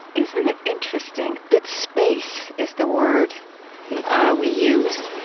isn't it interesting that space is the word we use?